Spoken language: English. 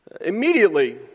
Immediately